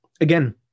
again